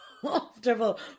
comfortable